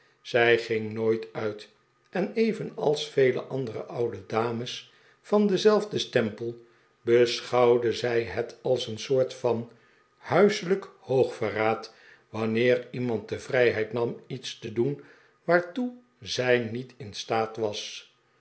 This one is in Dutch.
zij ging nooit uit en evenals vele andere oude dames van denzelfden stempel beschouwde zij het als een soort van huiselijk hoogverraad wanneer iemand de vrijheid nam iets te doen waartoe zij niet in staat was